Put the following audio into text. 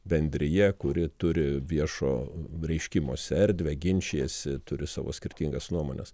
bendrija kuri turi viešo reiškimosi erdvę ginčijasi turi savo skirtingas nuomones